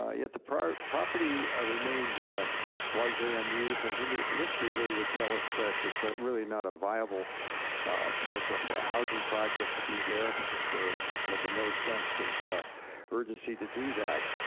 ah yet the property property ah remained largely unused, and history history really would tell us that it's really not a viable parcel for a housing project to be there, because there have been no sense of urgency to do that.